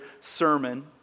sermon